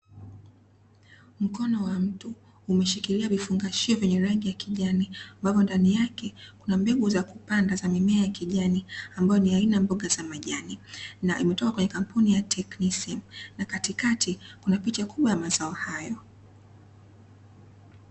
Mkono wa mtu, umeshikilia vifungashio vyenye rangi ya kijani ambapo ndani yake kuna mbegu za kupanda za mimea ya kijani ambayo ni aina ya mboga za majani. Na imetoka kwenye kampuni ya "TECHNISEM" na katikati kuna picha kubwa ya mazao hayo.